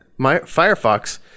Firefox